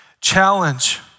challenge